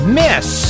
miss